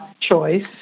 choice